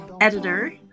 editor